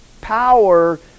power